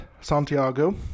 Santiago